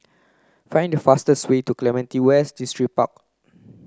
find the fastest way to Clementi West Distripark